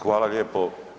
Hvala lijepo.